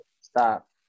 Stop